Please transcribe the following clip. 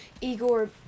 Igor